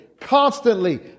constantly